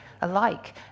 alike